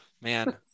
Man